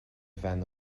bhean